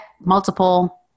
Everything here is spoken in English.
multiple